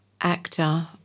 actor